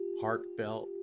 heartfelt